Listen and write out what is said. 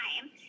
time